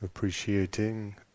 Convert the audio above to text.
Appreciating